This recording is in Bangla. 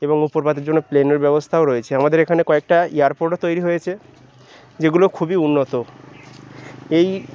এবং উপর পথের জন্য প্লেনের ব্যবস্থাও রয়েছে আমাদের এখানে কয়েকটা ইয়ারপোর্টও তৈরি হয়েছে যেগুলো খুবই উন্নত এই